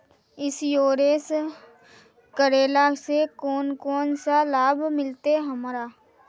Insurance करेला से कोन कोन सा लाभ मिलते हमरा?